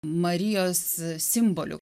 marijos simbolių